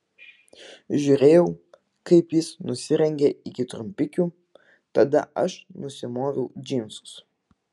žiūrėjau kaip jis nusirengia iki trumpikių tada aš nusimoviau džinsus